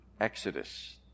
exodus